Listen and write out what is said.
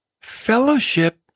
fellowship